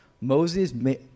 Moses